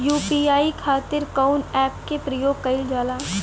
UPI खातीर कवन ऐपके प्रयोग कइलजाला?